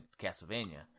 Castlevania